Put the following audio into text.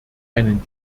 einen